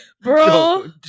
Bro